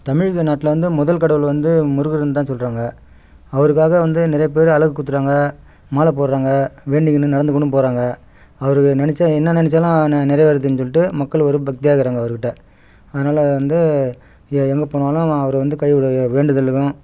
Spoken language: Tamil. தமிழகநாட்டில் வந்து முதல் கடவுள் வந்து முருகருன்னு தான் சொல்கிறாங்க அவருக்காக வந்து நிறைய பேர் அலகு குத்துகிறாங்க மாலை போடுறாங்க வேண்டிக்கினு நடந்துக்கூடம் போகிறாங்க அவர் நினைச்சா என்ன நினச்சாலும் நெ நிறைவேறுதுன்னு சொல்லிட்டு மக்கள் ஒரு பக்தியாக இருக்காங்க அவருக்கிட்ட அதனால் வந்து எ எங்கே போனாலும் வா அவர் வந்து கை விட ஏ வேண்டுதலுக்கும்